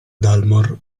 dalmor